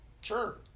Sure